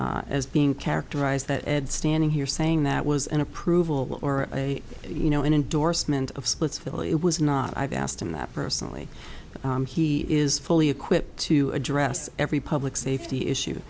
me as being characterized that ed standing here saying that was an approval or a you know an endorsement of splitsville it was not i've asked him that personally but he is fully equipped to address every public safety issue